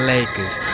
Lakers